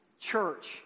church